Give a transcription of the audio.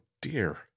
dear